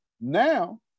Now